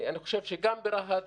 אני חושב שגם ברהט,